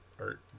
Art